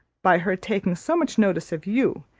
by her taking so much notice of you,